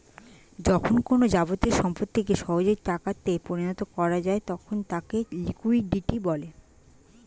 যখন কোনো যাবতীয় সম্পত্তিকে সহজেই টাকা তে পরিণত করা যায় তখন তাকে লিকুইডিটি বলে